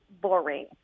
boring